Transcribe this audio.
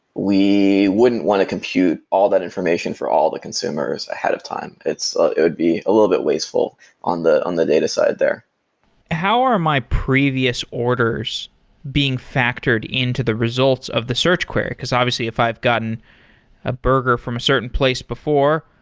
we wouldn't want to compute all that information for all the consumers ahead of time. ah it would be a little bit wasteful on the on the data side there how are my previous orders being factored into the results of the search query? because obviously, if i've gotten a burger from a certain place before,